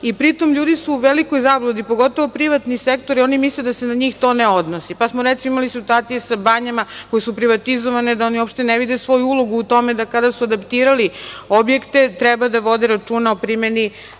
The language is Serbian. i pri tom, ljudi su u velikoj zabludi, pogotovo privatan sektor, jer oni misle da se na njih to ne odnosi. Pa smo, recimo, imali situacije sa banjama koje su privatizovane, da oni uopšte ne vide svoju ulogu u tome da kada su adaptirali objekte, treba da vode računa o primeni